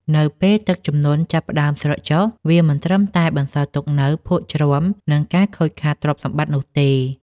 នៅពេលទឹកជំនន់ចាប់ផ្តើមស្រកចុះ វាមិនត្រឹមតែបន្សល់ទុកនូវភក់ជ្រាំ និងការខូចខាតទ្រព្យសម្បត្តិនោះទេ។